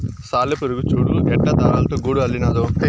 సాలెపురుగు చూడు ఎట్టా దారాలతో గూడు అల్లినాదో